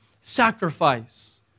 sacrifice